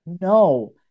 No